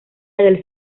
del